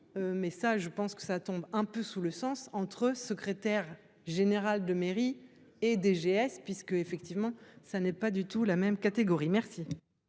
Mais ça je pense que ça tombe un peu sous le sens entre secrétaire général de mairie et DGS puisque, effectivement, ça n'est pas du tout la même catégorie. Merci.